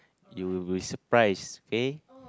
you will be surprised okay